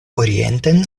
orienten